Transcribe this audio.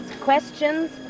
questions